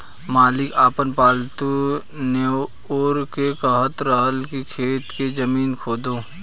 मालिक आपन पालतु नेओर के कहत रहन की खेत के जमीन खोदो